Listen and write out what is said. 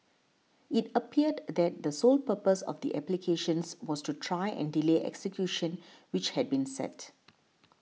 it appeared that the sole purpose of the applications was to try and delay execution which had been set